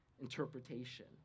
interpretation